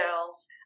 girls